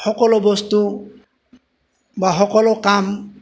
সকলো বস্তু বা সকলো কাম